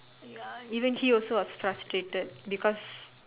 ya even he also was frustrated because